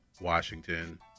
Washington